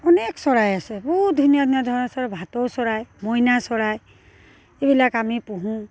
অনেক চৰাই আছে বহুত ধুনীয়া ধুনীয়া ধৰণৰ চৰাই ভাতৌ চৰাই মইনা চৰাই এইবিলাক আমি পোহোঁ